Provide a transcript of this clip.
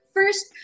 First